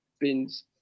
Bins